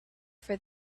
for